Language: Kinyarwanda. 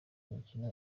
mikino